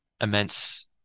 immense